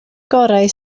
gorau